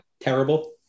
terrible